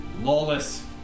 lawless